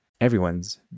everyone's